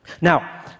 Now